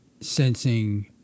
sensing